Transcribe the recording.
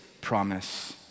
promise